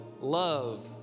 love